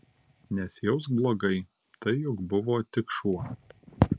nesijausk blogai tai juk buvo tik šuo